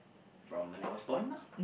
from when I was born lor